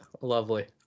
Lovely